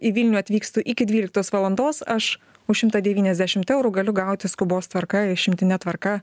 į vilnių atvykstu iki dvyliktos valandos aš už šimtą devyniasdešimt eurų galiu gauti skubos tvarka išimtine tvarka